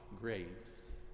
grace